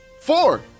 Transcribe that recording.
Four